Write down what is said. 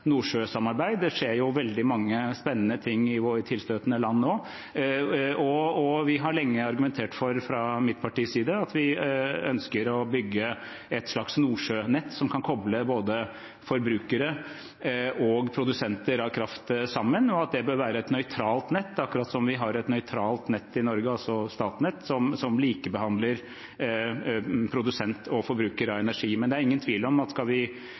nordsjøsamarbeid. Det skjer jo veldig mange spennende ting i våre tilstøtende land nå. Fra mitt partis side har vi lenge argumentert for at vi ønsker å bygge et slags nordsjønett som kan koble både forbrukere og produsenter av kraft sammen, og at det bør være et nøytralt nett, akkurat som vi har et nøytralt nett i Norge, Statnett, som likebehandler produsent og forbruker av energi. Men det er ingen tvil om at skal vi